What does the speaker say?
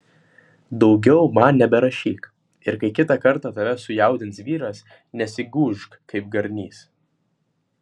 daugiau man neberašyk ir kai kitą kartą tave sujaudins vyras nesigūžk kaip garnys